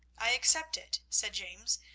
i accept it, said james,